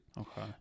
Okay